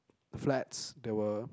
flats that were